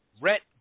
Rhett